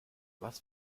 was